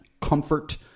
Comfort